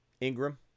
Ingram